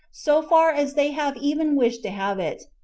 so far as they have even wished to have it,